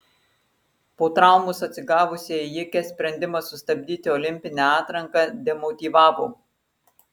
po traumos atsigavusią ėjikę sprendimas sustabdyti olimpinę atranką demotyvavo